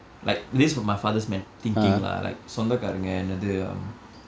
like this from my father's men~ thinking lah like சொந்தக்காரங்க என்னது:sonthakkaaranaga ennathu um